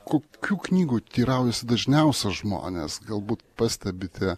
kokių knygų teiraujasi dažniausia žmonės galbūt pastebite